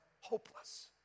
hopeless